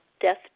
Death